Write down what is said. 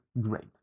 great